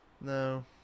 No